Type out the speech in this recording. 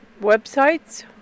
websites